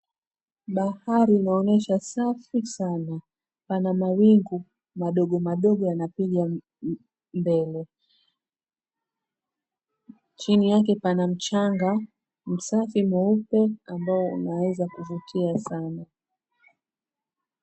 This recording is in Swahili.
Bahari inaonyesha safi sana, pana mawingu madogomadogo yanapiga mbele, chini yake pana mchanga msafi mweupe ambao unaweza kuvutia sana.